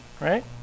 right